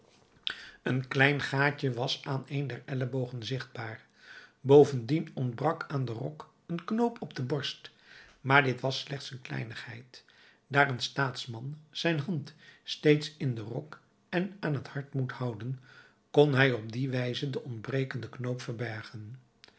een klein gaatje was aan een der ellebogen zichtbaar bovendien ontbrak aan den rok een knoop op de borst maar dit was slechts een kleinigheid daar een staatsman zijn hand steeds in den rok en aan het hart moet houden kon hij op die wijze den ontbrekenden knoop verbergen